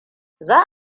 za